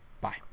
Bye